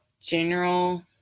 general